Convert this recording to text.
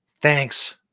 Thanks